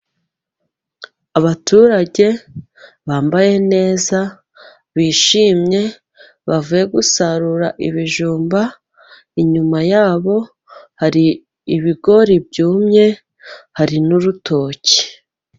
Abaturage bambaye neza, bishimye, bavuye gusarura ibijumba, inyuma yabo hari ibigori byumye, hari n'urutoki.